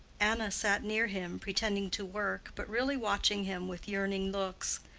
anna sat near him, pretending to work, but really watching him with yearning looks.